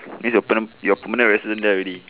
means you're perm~ you're permanent resident there already